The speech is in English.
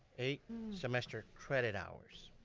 eight semester credit hours.